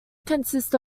consists